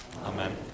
amen